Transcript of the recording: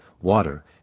water